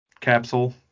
capsule